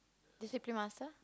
discipline master